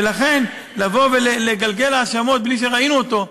ולכן, לבוא ולגלגל האשמות בלי שראינו אותו?